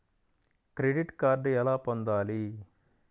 Credit card ఎలా పొందాలి?